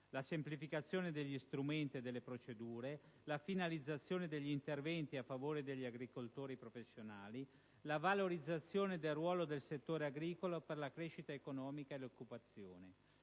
la semplificazione degli strumenti e delle procedure, la finalizzazione degli interventi a favore degli agricoltori professionali, la valorizzazione del ruolo del settore agricolo per la crescita economica e l'occupazione,